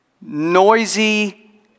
noisy